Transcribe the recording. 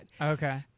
Okay